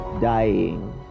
dying